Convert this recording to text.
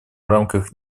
рамках